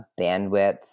bandwidth